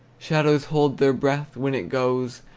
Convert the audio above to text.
shadows hold their breath when it goes,